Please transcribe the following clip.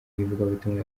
ivugabutumwa